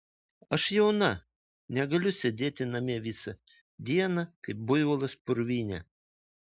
aš jauna negaliu sėdėti namie visą dieną kaip buivolas purvyne